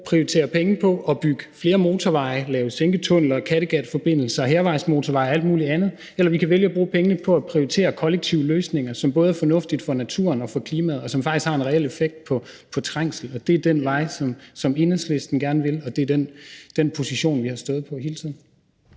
at prioritere penge på at bygge flere motorveje, lave sænketunneller, Kattegatforbindelser, hærvejsmotorveje og alt muligt andet, eller vi kan vælge at bruge pengene på at prioritere kollektive løsninger, som både er fornuftige for naturen og for klimaet, og som faktisk har en reel effekt på trængsel. Det er den vej, som Enhedslisten gerne vil, og det er den position, vi har stået på hele tiden.